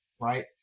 right